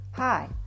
Hi